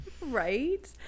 Right